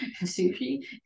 sushi